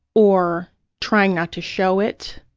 or trying not to show it.